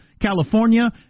California